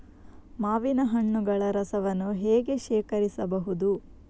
ಮಾವಿನ ಹಣ್ಣುಗಳ ರಸವನ್ನು ಹೇಗೆ ಶೇಖರಿಸಬಹುದು?